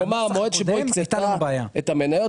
כלומר המועד שבו הקצתה את המניות,